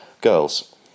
Girls